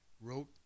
wrote